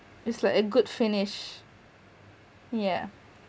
it's like a good finish yeah